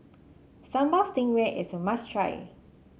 Sambal Stingray is a must try